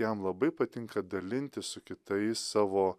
jam labai patinka dalintis su kitais savo